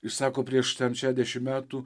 ir sako prieš šešdešim metų